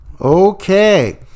Okay